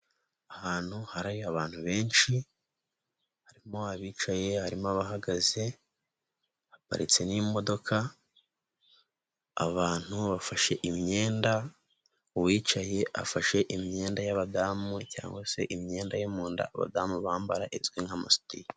Ahantu hari abantu benshi, harimo abicaye harimo abahagaze, haparitse n'imodoka, abantu bafashe imyenda uwicaye afashe imyenda y'abadamu cyangwa se imyenda yo munda abadamu bambara izwi nk'amasutiye.